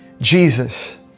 Jesus